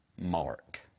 Mark